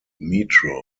metro